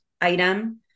item